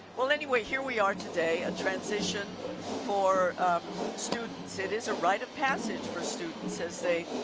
well anyway here we are today, a transition for students. it is a right of passage for students as they